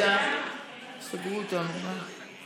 אנחנו